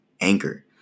Anchor